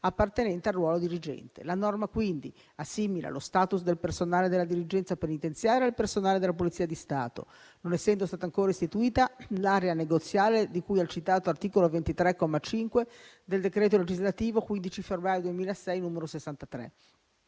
appartenente al ruolo di dirigente. La norma assimila quindi lo *status* del personale della dirigenza penitenziaria al personale della Polizia di Stato, non essendo stata ancora istituita l'area negoziale di cui al citato articolo 23, comma 5, del decreto legislativo 15 febbraio 2006 n. 63.